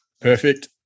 Perfect